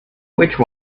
which